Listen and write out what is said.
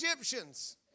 Egyptians